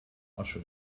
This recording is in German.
asche